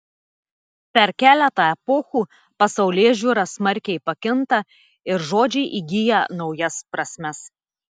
per keletą epochų pasaulėžiūra smarkiai pakinta ir žodžiai įgyja naujas prasmes